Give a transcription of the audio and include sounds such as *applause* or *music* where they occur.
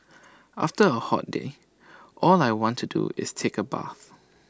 after A hot day *noise* all I want to do is take A bath